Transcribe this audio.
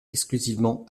exclusivement